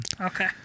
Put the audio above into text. Okay